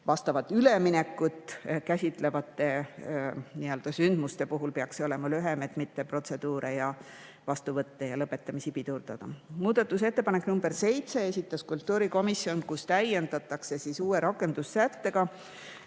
nimelt üleminekut käsitlevate sündmuste puhul, peaks see olema lühem, et mitte protseduure, vastuvõtte ja lõpetamisi pidurdada. Muudatusettepaneku nr 7 esitas kultuurikomisjon. [Eelnõu] täiendatakse uue rakendussättega.